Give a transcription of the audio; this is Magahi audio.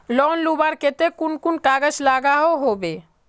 लोन लुबार केते कुन कुन कागज लागोहो होबे?